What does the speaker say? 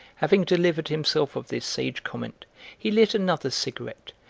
having delivered himself of this sage comment he lit another cigarette,